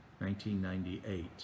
1998